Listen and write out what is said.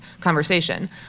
conversation